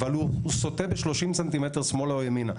אבל הוא נוטה ב-30 סנטימטרים שמאלה או ימינה?